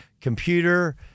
computer